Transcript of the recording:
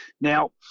now